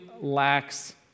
lacks